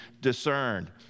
discerned